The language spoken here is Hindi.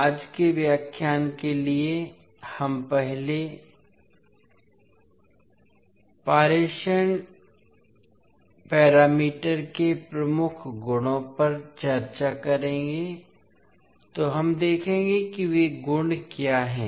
आज के व्याख्यान के लिए हम पहले पारेषण पैरामीटर के प्रमुख गुणों पर चर्चा करेंगे तो हम देखेंगे कि वे गुण क्या हैं